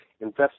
invest